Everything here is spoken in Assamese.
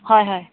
হয় হয়